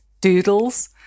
doodles